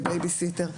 כבייביסיטר,